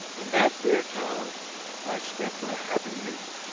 in that dear town i spent my happy youth.